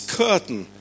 curtain